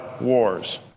wars